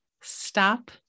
stop